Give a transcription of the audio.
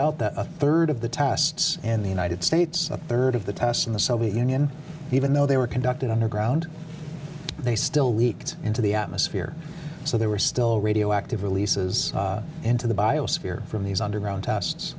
out that a third of the tasks and the united states a third of the tests in the soviet union even though they were conducted underground they still leaked into the atmosphere so they were still radioactive releases into the biosphere from these underground tests